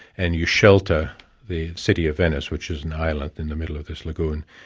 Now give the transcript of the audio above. and you shelter the city of venice, which is an island in the middle of this lagoon,